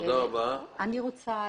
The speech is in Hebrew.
אני רוצה